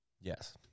Yes